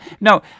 no